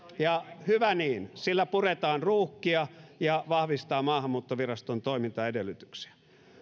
ja hyvä niin sillä puretaan ruuhkia ja vahvistetaan maahanmuuttoviraston toimintaedellytyksiä